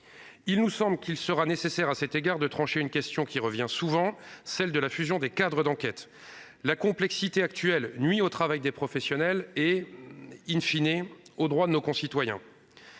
Il nous semble qu'il sera nécessaire à cet égard de trancher une question qui revient souvent : la fusion des cadres d'enquête. La complexité actuelle nuit au travail des professionnels et aux droits de nos concitoyens.